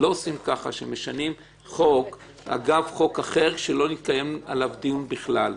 לא עושים ככה שמשנים חוק אגב חוק אחר שלא התקיים עליו דיון בכלל.